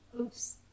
Oops